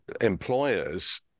employers